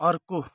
अर्को